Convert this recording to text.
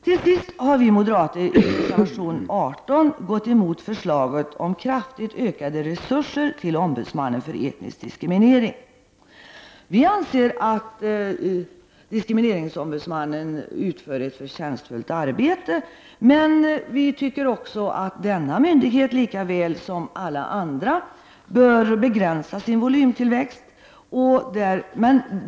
Till sist har vi moderater i reservation 18 gått emot förslaget om kraftigt ökade resurser till ombudsmannen när det gäller etnisk diskriminering. Vi anser att diskrimineringsombudsmannen utför ett förtjänstfullt arbete, men vi tycker att denna myndighet, lika väl som alla andra, bör begränsa sin volymtillväxt.